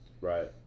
Right